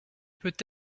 peut